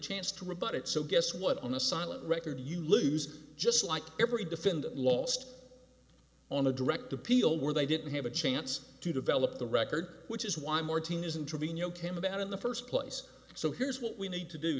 chance to rebut it so guess what on a silent record you lose just like every defendant lost on a direct appeal where they didn't have a chance to develop the record which is why more team isn't trevino came about in the first place so here's what we need to do